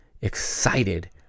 excited